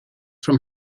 from